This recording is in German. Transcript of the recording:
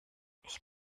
ich